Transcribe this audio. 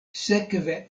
sekve